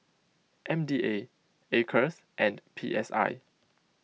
M D A Acres and P S I